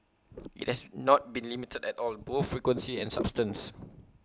IT has not been limited at all both frequency and substance